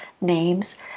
names